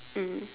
mm